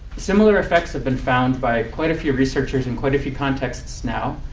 similar effects have been found by quite a few researchers in quite a few contexts now.